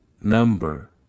number